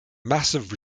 massive